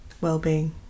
well-being